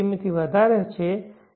થી વધારે છે